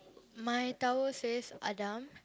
my tower says Adam